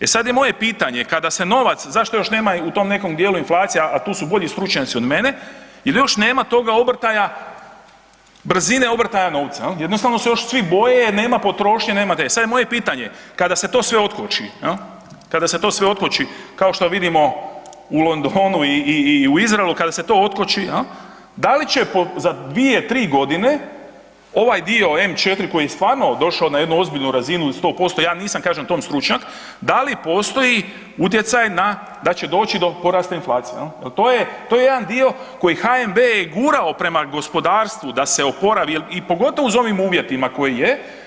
E sad je moje pitanje, kada se novac, zašto još nema u tom nekom dijelu inflacija, a tu su bolji stručnjaci od mene, ili još nema toga obrtaja, brzine obrtaja novca, jel, jednostavno se još svi boje, nema potrošnje, nema … [[Govornik se ne razumije]] Sada je moje pitanje, kada se to sve otkoči, jel, kada se to sve otkoči, kao što vidimo u Londonu i u Izraelu kada se to otkoči jel, da li će za 2-3.g. ovaj dio M-4 koji je stvarno došao na jednu ozbiljnu razinu od 100%, ja nisam kažem u tom stručnjak, da li postoji utjecaj na, da će doći do porasta inflacije, jel, jel to je, to je jedan dio koji HNB je gurao prema gospodarstvu da se oporavi i pogotovo u ovim uvjetima koji je.